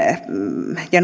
ja